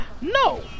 No